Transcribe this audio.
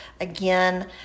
Again